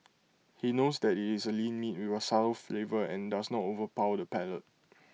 he knows that IT is A lean meat with A subtle flavour and does not overpower the palate